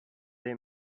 they